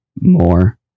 more